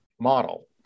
model